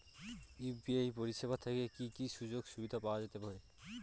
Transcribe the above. UPI পরিষেবা থেকে কি কি সুযোগ সুবিধা পাওয়া যেতে পারে?